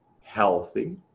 healthy